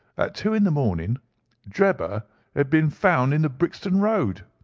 at two in the morning drebber had been found in the brixton road.